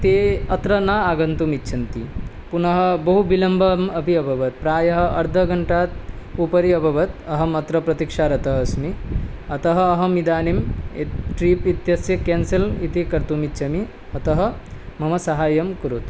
ते अत्र न आगन्तुम् इच्छन्ति पुनः बहु बिलम्बम् अपि अभवत् प्रायः अर्दगण्टात् उपरि अभवत् अहम् अत्र प्रतीक्षारतः अस्मि अतः अहम् इदानिं यत् ट्रीप् इत्यस्य क्यान्सल् इति कर्तुम् इच्छामि अतः मम साहाय्यं करोतु